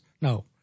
No